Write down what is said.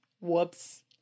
Whoops